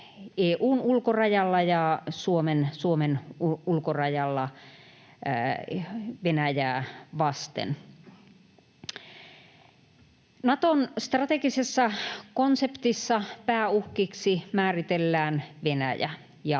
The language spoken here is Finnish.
EU:n ulkorajalla ja Suomen ulkorajalla Venäjää vasten. Naton strategisessa konseptissa pääuhkiksi määritellään Venäjä ja